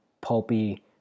pulpy